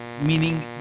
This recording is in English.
meaning